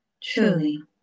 truly